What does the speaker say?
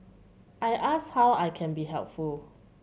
I ask how I can be helpful